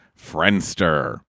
Friendster